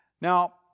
Now